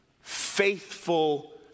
faithful